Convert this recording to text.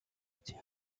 outils